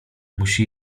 musi